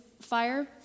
fire